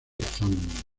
kazán